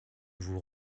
vous